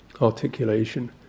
articulation